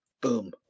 Boom